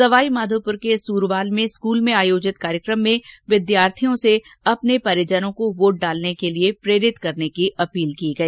सवाईमाघोपुर के सूरवाल में स्कूल में आयोजित कार्यक्रम में विद्यार्थियों से अपने परिजनों को वोट डालने के लिए प्रेरित करने की अपील की गई